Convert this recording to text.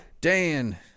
Dan